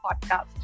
podcast